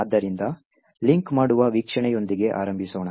ಆದ್ದರಿಂದ ಲಿಂಕ್ ಮಾಡುವ ವೀಕ್ಷಣೆಯೊಂದಿಗೆ ಆರಂಭಿಸೋಣ